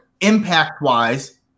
impact-wise